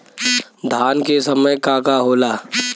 धान के समय का का होला?